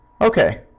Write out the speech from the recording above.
Okay